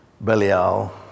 Belial